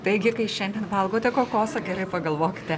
taigi kai šiandien valgote kokosą gerai pagalvokite